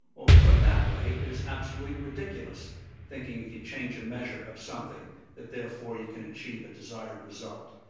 well, put that way, it is absolutely ridiculous thinking if you change a measure of something that, therefore, you can achieve a desired result.